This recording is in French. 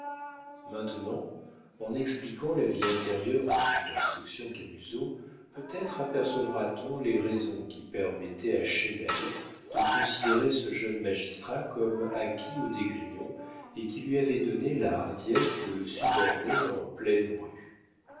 maintenant en expliquant la vie intérieure du juge d'instruction camusot peut-être apercevra t on les raisons qui permettaient à chesnel de considérer ce jeune magistrat comme acquis aux d'esgrignon et qui lui avaient donné la hardiesse de le suborner en pleine rue